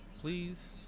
please